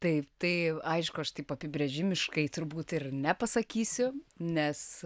taip tai aišku aš taip apibrėžimiškai turbūt ir nepasakysiu nes